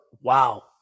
Wow